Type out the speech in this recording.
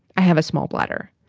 i have a small bladder.